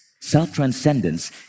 Self-transcendence